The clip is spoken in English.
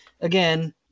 again